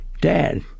Dad